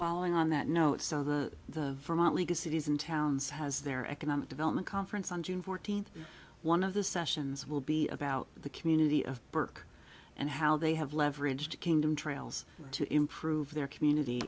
following on that note some of the the from motley to cities and towns has their economic development conference on june fourteenth one of the sessions will be about the community of work and how they have leveraged the kingdom trails to improve their community